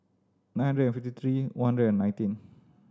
nine hundred and fifty three one hundred and nineteen